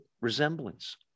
resemblance